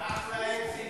אחלה אקזיט